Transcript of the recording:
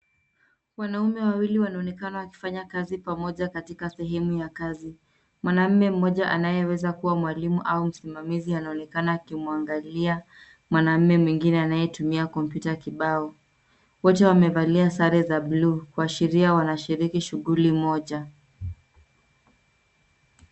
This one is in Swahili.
Wanaume wawili wanaonekana wakifanya kazi pamoja katika sehemu ya kazi. Mwanaume mmoja, anayeweza kuwa mwalimu au msimamizi anaonekana akimwangalia mwanaume mwingine anayetumia kompyuta kibao. Wote wamevalia sare za buluu kuashiria wanashiriki shughuli moja.